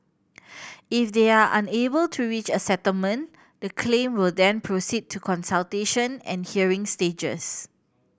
if they are unable to reach a settlement the claim will then proceed to consultation and hearing stages